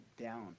down